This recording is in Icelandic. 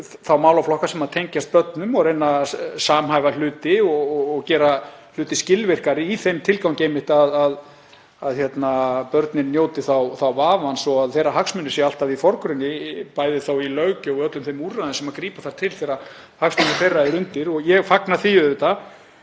þá málaflokka sem tengjast börnum og reyna að samhæfa hluti og gera hluti skilvirkari í þeim tilgangi að börnin njóti vafans og að hagsmunir þeirra séu alltaf í forgrunni, bæði í löggjöf og öllum þeim úrræðum sem grípa þarf til þegar hagsmunir þeirra er undir og ég fagna því auðvitað.